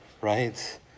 Right